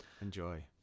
Enjoy